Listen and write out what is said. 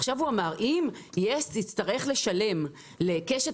עכשיו הוא אמר שאם יס תצטרך לשלם לקשת